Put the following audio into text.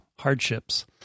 Hardships